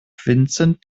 vincent